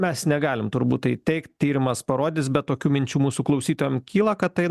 mes negalim turbūt taip teigt tyrimas parodys bet tokių minčių mūsų klausytojam kyla kad tai